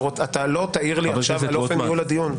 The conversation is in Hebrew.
אתה לא תעיר לי עכשיו על אופן ניהול הדיון.